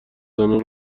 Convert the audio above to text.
زنان